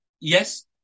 Yes